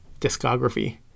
discography